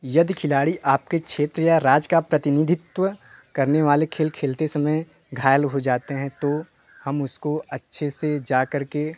यदि खिलाड़ी आपके क्षेत्र या राज्य का प्रतिनिधित्व करने वाले खेल खेलते समय घायल हो जाते हैं तो हम उसको अच्छे से जा कर के